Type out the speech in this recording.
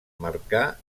marcà